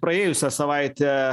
praėjusią savaitę